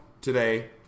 today